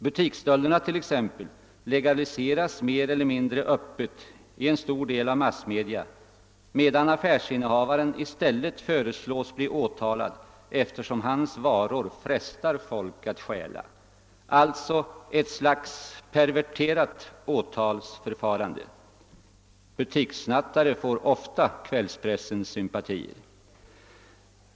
Butiksstölder legaliseras mer eller mindre öppet i en stor del av massmedierna medan affärsinnehavaren i stället föreslås bli åtalad, eftersom hans varor frestar folk att stjäla — alltså ett slags perverterat åtalsförfarande. Butikssnattare har ofta kvällspressens sympatier.